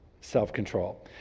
self-control